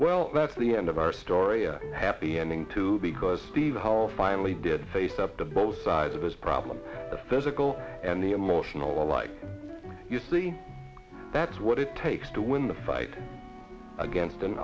well that's the end of our story a happy ending too because steve hall finally did face up to both sides of his problem the physical and the emotional like you see that's what it takes to win the fight against an